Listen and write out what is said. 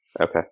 okay